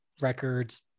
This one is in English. records